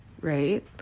right